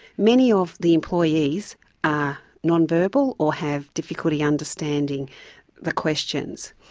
many of the employees are non-verbal or have difficulty understanding the questions.